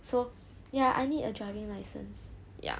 so ya I need a driving licence ya